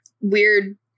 weird